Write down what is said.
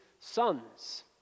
sons